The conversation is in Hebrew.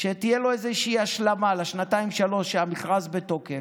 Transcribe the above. ותהיה לו איזושהי השלמה לשנתיים-שלוש שבהן המכרז בתוקף,